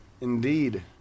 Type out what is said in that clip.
Indeed